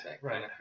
Right